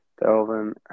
Delvin